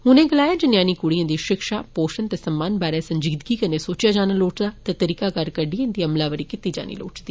उनें गलाया जे न्यानी कूड़ियें दी शिक्षा पोषण ते सम्मान बारै संजीदगी कन्नै सोचया जाना लोड़चदा ते तरीकाकार कडियै इन्दी अमलावरी कीती जानी लोड़चदी